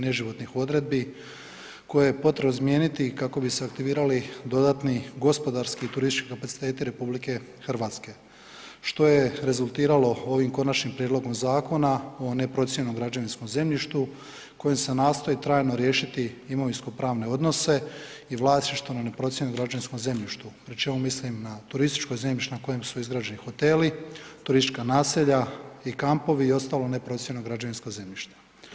neživotnih odredbi koje je potrebno izmijeniti kako bi se aktivirali dodatnih gospodarski i turistički kapaciteti RH što je rezultiralo ovim konačnim prijedlogom Zakona o neprocijenjenom građevinskom zemljištu kojim se nastoji trajno riješiti imovinsko-pravne odnose i vlasništvo na neprocijenjenom građevinskom zemljištu pri čemu mislim na turističko zemljište na kojem su izgrađeni hoteli, turistička naselja i kampovi i ostalo neprocijenjeno građevinsko zemljište.